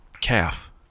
calf